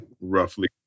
roughly